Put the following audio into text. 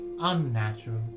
Unnatural